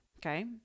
Okay